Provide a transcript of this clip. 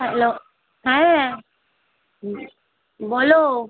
hello হ্যাঁ বলো